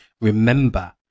remember